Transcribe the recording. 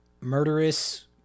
murderous